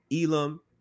Elam